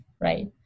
right